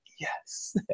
yes